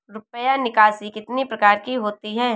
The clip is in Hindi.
रुपया निकासी कितनी प्रकार की होती है?